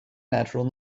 natural